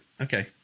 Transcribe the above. Okay